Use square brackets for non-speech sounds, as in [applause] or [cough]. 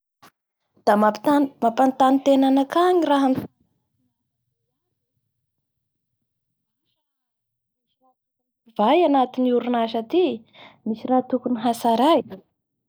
Nanotany tena iaho taia hanao sy ny vadinao lahomaly? Satria ny antony [noise] tsy nihitako tantrangonareo tao hanareo fa nihidy ny trango iaho hanatitsy vola nifanarahantsika igny?